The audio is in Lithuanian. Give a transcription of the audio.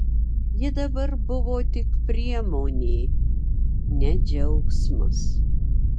ji dabar buvo tik priemonė ne džiaugsmas